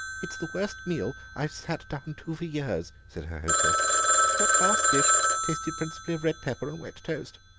it's the worst meal i've sat down to for years, said her hostess that last dish tasted principally of red pepper and wet toast.